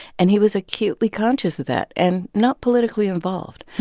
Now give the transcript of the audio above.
and he was acutely conscious of that and not politically involved.